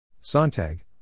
Sontag